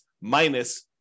minus